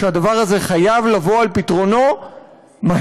שהדבר הזה חייב לבוא על פתרונו מהר.